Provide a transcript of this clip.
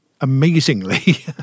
amazingly